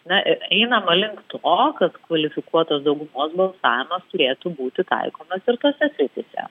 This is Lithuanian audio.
na einama link to kad kvalifikuotos daugumos balsavimas turėtų būti taikomas ir tose srityse